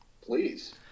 please